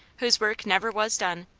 whose work never was done,